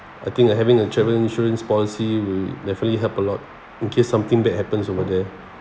I think having a travel insurance policy will definitely help a lot in case something bad happens over there